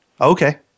Okay